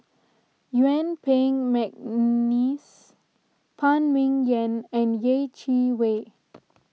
Yuen Peng McNeice Phan Ming Yen and Yeh Chi Wei